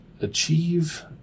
achieve